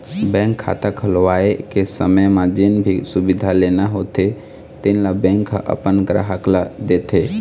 bank खाता खोलवाए के समे म जेन भी सुबिधा लेना होथे तेन ल बेंक ह अपन गराहक ल देथे